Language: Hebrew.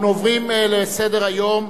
אנחנו עוברים לסעיף הבא בסדר-היום: